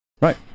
Right